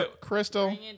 Crystal